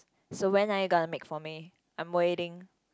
so when are you gonna make for me I'm waiting